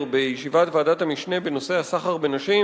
בישיבת ועדת המשנה בנושא הסחר בנשים,